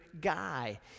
guy